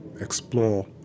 explore